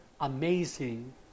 amazing